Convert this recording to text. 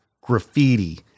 graffiti